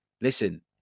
listen